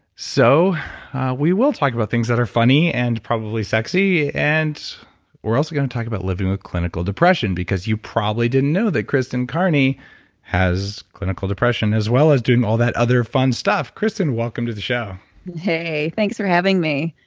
so we will talk about things that are funny and probably sexy. and we're also going to talk about living with clinical depression because you probably didn't know that kristen carney has clinical depression as well as doing all that other fun stuff. kristen, welcome to the show hey, thanks for having me.